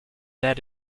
that